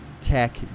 Tech